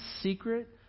secret